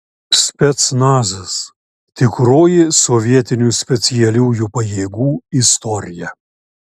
specnazas tikroji sovietinių specialiųjų pajėgų istorija